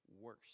worse